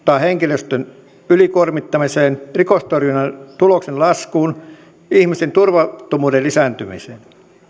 henkilöstön ylikuormittamiseen rikostorjunnan tuloksen laskuun ja ihmisten turvattomuuden lisääntymiseen